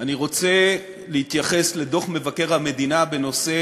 אני רוצה להתייחס לדוח מבקר המדינה בנושא